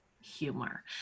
humor